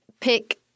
pick